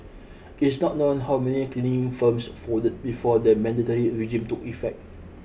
it is not known how many cleaning firms folded before the mandatory regime took effect